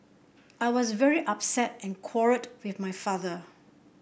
I was very upset and quarrelled with my father